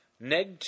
Neg